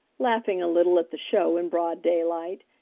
laughing a little at the show in broad daylight,